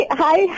hi